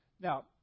Now